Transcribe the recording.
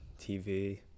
TV